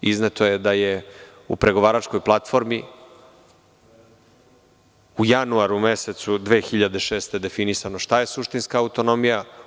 Izneto da je u pregovaračkoj platformi u januaru mesecu 2006. godine definisano šta je suštinska autonomija.